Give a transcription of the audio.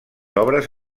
obres